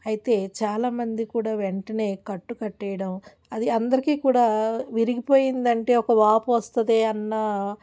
అయితే చాలామంది కూడా వెంటనే కట్టు కట్టేయడం అది అందరికీ కూడా విరిగిపోయిందంటే ఒక వాపు వస్తుంది అన్నా